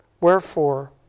Wherefore